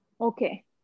Okay